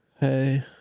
hey